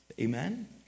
Amen